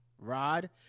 Rod